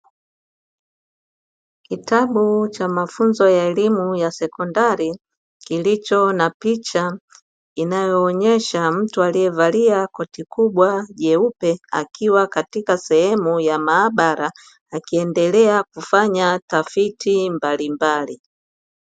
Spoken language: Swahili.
Kitabu cha mafunzo ya elimu ya sekondari kilicho na picha inayoonyesha mtu aliyevalia koti kubwa jeupe, akiwa katika sehemu ya maabara akiendelea kufanya tafiti mbalimbali.